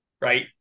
Right